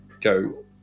go